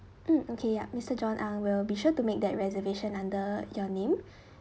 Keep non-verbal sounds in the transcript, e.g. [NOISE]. mm okay ya mister john uh we'll be sure to make that reservation under your name [BREATH]